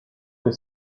que